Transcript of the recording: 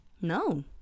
No